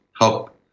help